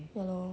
ya lor